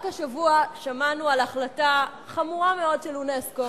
רק השבוע שמענו על החלטה חמורה מאוד של אונסק"ו.